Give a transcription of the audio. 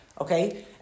Okay